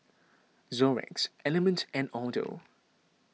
Xorex Element and Aldo